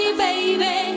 baby